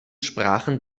sprachen